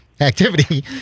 activity